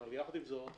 אבל יחד עם זאת,